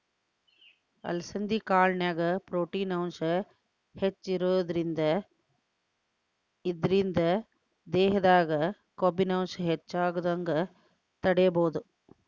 ಅಲಸಂಧಿ ಕಾಳಿನ್ಯಾಗ ಪ್ರೊಟೇನ್ ಅಂಶ ಹೆಚ್ಚಿರೋದ್ರಿಂದ ಇದ್ರಿಂದ ದೇಹದಾಗ ಕೊಬ್ಬಿನಾಂಶ ಹೆಚ್ಚಾಗದಂಗ ತಡೇಬೋದು